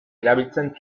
erabiltzen